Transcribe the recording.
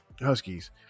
Huskies